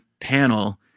panel